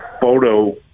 photo